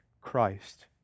Christ